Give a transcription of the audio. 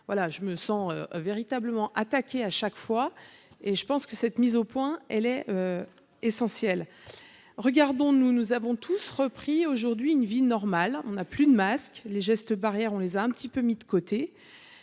je me sens véritablement attaqué, à chaque fois et je pense que cette mise au point, elle est essentielle, regardons-nous, nous avons tous repris aujourd'hui une vie normale, on a plus de masque les gestes barrières, on les a un petit peu mis de côté,